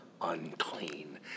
unclean